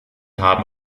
haben